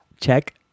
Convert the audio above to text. Check